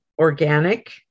organic